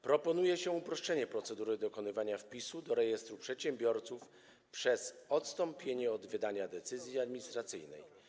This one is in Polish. Proponuje się uproszczenie procedury dokonywania wpisu do rejestru przedsiębiorców przez odstąpienie od obowiązku wydania decyzji administracyjnej.